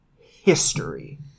history